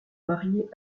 marié